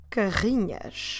carrinhas